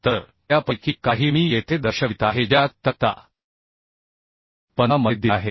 तर त्यापैकी काही मी येथे दर्शवित आहे ज्यात तक्ता 15 मध्ये दिले आहेत